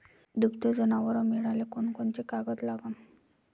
दुभते जनावरं मिळाले कोनकोनचे कागद लागन?